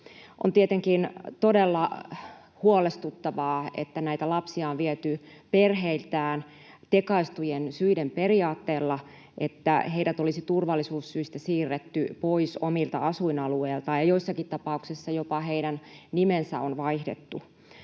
On tietenkin todella huolestuttavaa, että näitä lapsia on viety perheiltään tekaistujen syiden periaatteella, että heidät olisi turvallisuussyistä siirretty pois omilta asuinalueiltaan ja joissakin tapauksissa jopa heidän nimensä on vaihdettu.